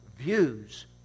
views